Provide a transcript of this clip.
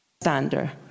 standard